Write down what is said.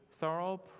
thorough